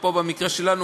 ובמקרה שלנו,